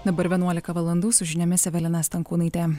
dabar vienuolika valandų su žiniomis evelina stankūnaitė